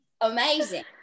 amazing